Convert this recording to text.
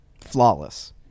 flawless